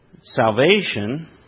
salvation